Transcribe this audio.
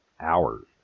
hours